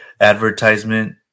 advertisement